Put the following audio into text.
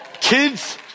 Kids